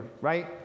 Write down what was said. right